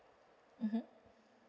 mmhmm